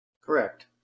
Correct